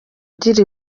ugira